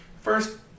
First